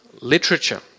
literature